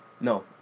No